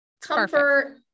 comfort